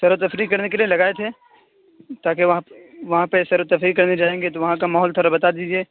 سیر و تفریح کرنے کے لیے لگائے تھے تاکہ وہاں پہ وہاں پہ سیر و تفریح کرنے جائیں گے تو وہاں کا ماحول تھوڑا بتا دیجیے